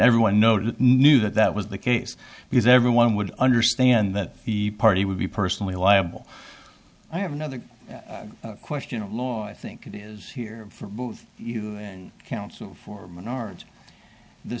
everyone noted knew that that was the case because everyone would understand that the party would be personally liable i have another question of law i think it is here for you and counsel for menards the